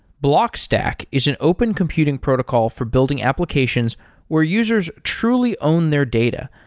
blockstack is an open computing protocol for building applications where users truly own their data.